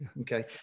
Okay